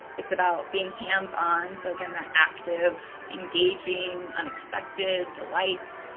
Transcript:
it's about being hands-on, so again, that active engaging unexpected delight.